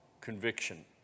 conviction